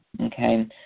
Okay